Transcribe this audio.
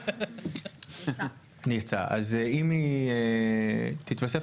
אז אם היא תתווסף,